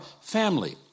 family